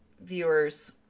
viewers